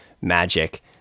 magic